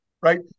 right